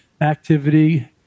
activity